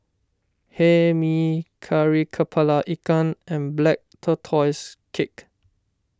Hae Mee Kari Kepala Ikan and Black Tortoise Cake